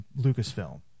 Lucasfilm